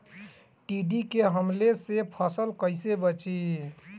टिड्डी के हमले से फसल कइसे बची?